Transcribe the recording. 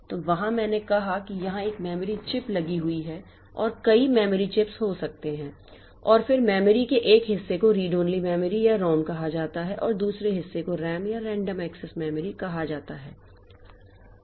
तो वहाँ मैंने कहा कि यहाँ एक मेमोरी चिप लगी हुई है और कई मेमोरी चिप्स हो सकते हैं और फिर मेमोरी के एक हिस्से को रीड ओनली मेमोरी या रोम कहा जाता है और दूसरे हिस्से को रैम या रैंडम एक्सेस मेमोरी कहा जाता है